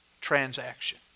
transaction